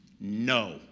no